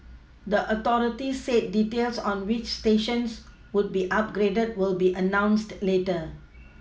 the authority said details on which stations would be upgraded will be announced later